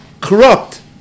corrupt